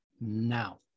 now